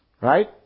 Right